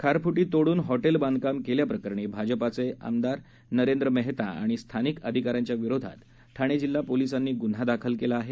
खारफुटी तोडून हॉटेल बांधकाम केल्याप्रकरणी भाजपाचे आमदार नरेंद्र मेहता आणि स्थानिक अधिका यांच्या विरोधात ठाणे जिल्हा पोलिसांनी गुन्हा दाखल केला आहे